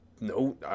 no